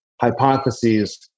hypotheses